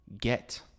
get